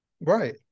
Right